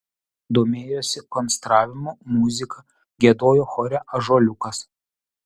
domėjosi konstravimu muzika giedojo chore ąžuoliukas